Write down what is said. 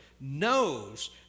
knows